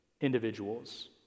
individuals